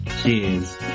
cheers